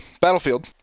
Battlefield